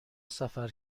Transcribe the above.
سفر